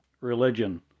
religion